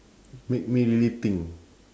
make me really think